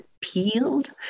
peeled